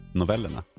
novellerna